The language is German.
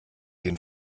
den